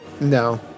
no